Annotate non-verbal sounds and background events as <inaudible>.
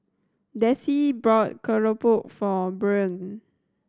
Desi bought <unintelligible> for Buren